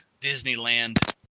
Disneyland